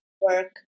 work